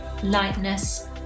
lightness